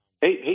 Hey